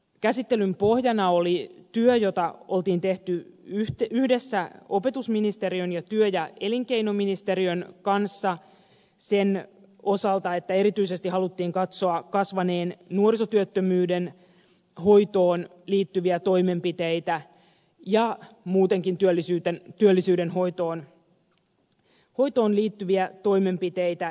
käsittelyn pohjana oli työ jota oli tehty yhdessä opetusministeriön ja työ ja elinkeinoministeriön kanssa sen osalta että erityisesti haluttiin katsoa kasvaneen nuorisotyöttömyyden hoitoon liittyviä toimenpiteitä ja muutenkin työllisyyden hoitoon liittyviä toimenpiteitä